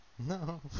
No